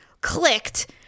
clicked